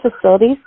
facilities